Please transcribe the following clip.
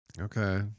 Okay